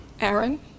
Aaron